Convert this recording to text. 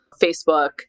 facebook